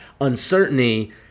uncertainty